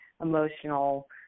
emotional